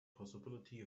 possibility